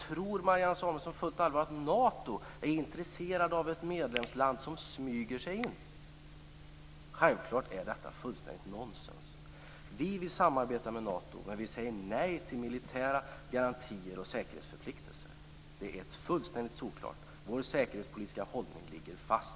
Tror Marianne Samuelsson på fullt allvar att man i Nato är intresserad av ett medlemsland som smyger sig in? Självfallet är detta fullständigt nonsens. Vi vill samarbeta med Nato, men vi säger nej till militära garantier och säkerhetsförpliktelser. Det är solklart. Vår säkerhetspolitiska hållning ligger fast!